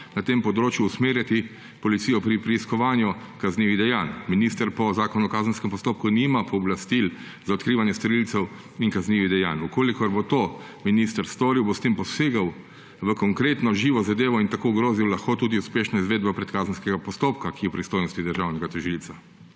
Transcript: na tem področju, usmerjati policijo pri preiskovanju kaznivih dejanj. Minister po zakonu o kazenskem postopku nima pooblastil za odkrivanje storilcev kaznivih dejanj. Če bo to minister storil, bo s tem posegel v konkretno živo zadevo in tako ogrozil lahko tudi uspešno izvedbo predkazenskega postopka, ki je v pristojnosti državnega tožilca.